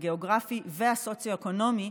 הגיאוגרפי והסוציו-אקונומי,